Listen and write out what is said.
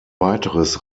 weiteres